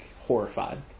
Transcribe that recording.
horrified